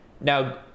Now